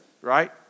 Right